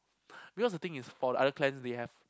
because the thing is for the other clans we have